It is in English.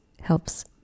helps